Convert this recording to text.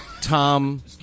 Tom